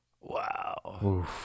Wow